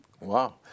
Wow